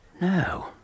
No